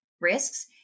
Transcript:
risks